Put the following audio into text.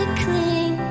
clean